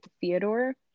theodore